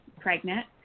pregnant